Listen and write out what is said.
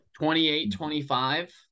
28-25